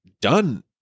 done